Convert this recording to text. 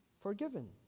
forgiven